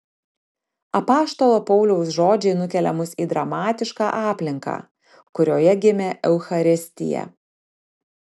apaštalo pauliaus žodžiai nukelia mus į dramatišką aplinką kurioje gimė eucharistija